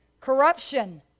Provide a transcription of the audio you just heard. Corruption